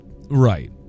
Right